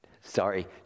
Sorry